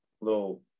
little